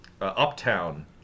Uptown